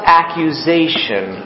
accusation